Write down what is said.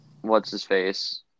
What's-His-Face